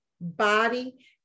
body